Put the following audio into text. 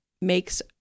makes